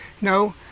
No